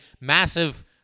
massive